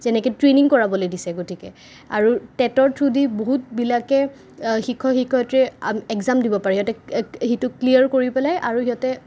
যেনেকে ট্ৰেইনিং কৰাবলে দিছে গতিকে আৰু টেটৰ থ্ৰোদি বহুতবিলাকে শিক্ষক শিক্ষয়িত্ৰীয়ে এক্সাম দিব পাৰে সেইটো ক্লীয়াৰ কৰি পেলাই আৰু সিহঁতে